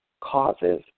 causes